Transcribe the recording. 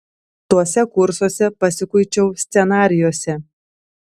tuose kursuose pasikuičiau scenarijuose